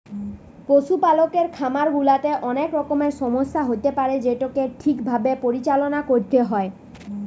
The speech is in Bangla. পশুপালকের খামার গুলাতে অনেক রকমের সমস্যা হতে পারে যেটোকে ঠিক ভাবে পরিচালনা করতে হয়